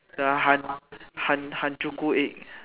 the han~ han~ hanjuku egg